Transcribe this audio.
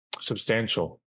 substantial